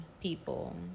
people